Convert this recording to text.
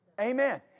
Amen